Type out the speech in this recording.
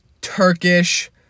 Turkish